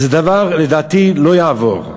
זה דבר שלדעתי לא יעבור.